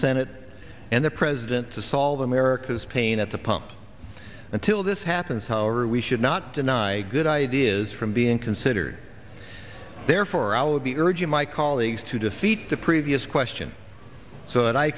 senate and the president to solve america's pain at the pump until this happens how are we should not deny good ideas from being considered therefore i would be urging my colleagues to defeat the previous question so that i